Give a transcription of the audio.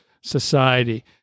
society